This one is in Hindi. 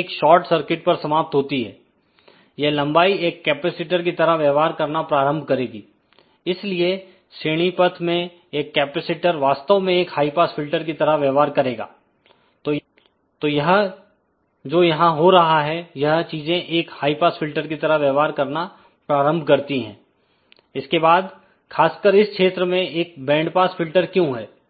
एक शार्ट सर्किट पर समाप्त होती है यह लंबाई एक कैपेसिटर की तरह व्यवहार करना प्रारंभ करेगी इसलिएश्रेणी पथ में एक कैपेसिटर वास्तव में एक हाई पास फिल्टर की तरह व्यवहार करेगा तो यह जोयहां हो रहा है यह चीजें एक हाई पास फिल्टर की तरह व्यवहार करना प्रारंभ करती हैं इसके बादखासकर इस क्षेत्र मेंएक बैंड पास फिल्टर क्यों है